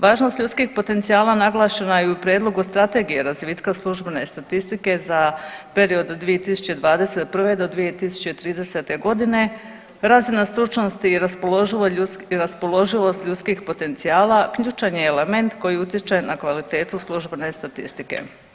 Važnost ljudskih potencijala naglašena je i u prijedlogu Strategije razvitka službene statistike za period od 2021. do 2030., razina stručnosti i raspoloživo, raspoloživost ljudskih potencijala ključan je element koji utječe na kvalitetu službene statistike.